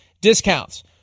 discounts